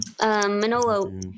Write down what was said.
Manolo